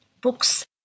books